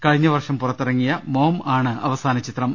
കഴി ഞ്ഞവർഷം പുറത്തിറങ്ങിയ മോം ആണ് അവസാനചിത്രം